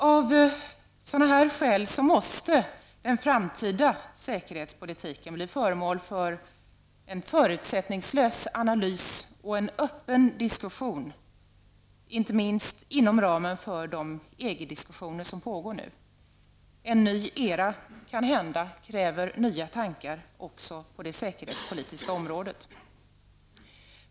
Av sådana skäl måste den framtida säkerhetspolitiken bli föremål för en förutsättningslös analys och en öppen diskussion, inte minst inom ramen för de EG-diskussioner som nu pågår. En ny era kräver kanhända nya tankar också på det säkerhetspolitiska området.